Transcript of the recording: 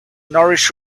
nourish